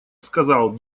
сказал